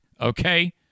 okay